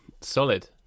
Solid